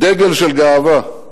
דגל של גאווה.